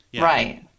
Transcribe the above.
Right